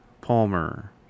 Palmer